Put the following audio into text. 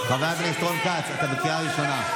חבר הכנסת רון כץ, אתה בקריאה ראשונה.